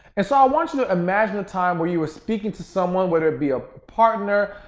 and so, i want you to imagine a time where you were speaking to someone whether it be a partner,